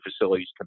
facilities